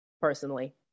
personally